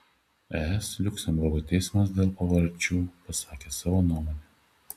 es liuksemburgo teismas dėl pavardžių pasakė savo nuomonę